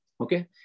Okay